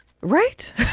Right